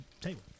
table